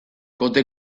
kote